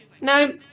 no